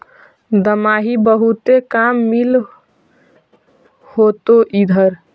दमाहि बहुते काम मिल होतो इधर?